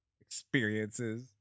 experiences